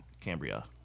Cambria